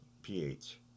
ph